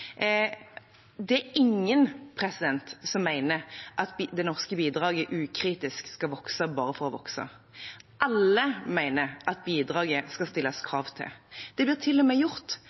Det er ingen som mener at det norske bidraget ukritisk skal vokse bare for å vokse. Alle mener at bidraget skal stilles krav til. Det blir til og med gjort